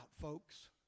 folks